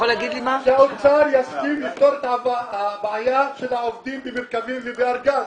שהאוצר יסכים לפתור את הבעיה של העובדים במרכבים ובארגז.